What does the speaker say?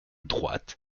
droite